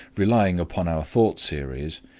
relying upon our thought series,